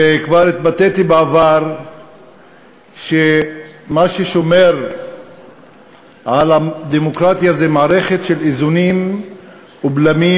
כבר התבטאתי בעבר שמה ששומר על הדמוקרטיה זו מערכת של איזונים ובלמים,